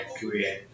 career